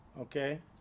okay